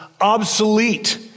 obsolete